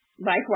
Likewise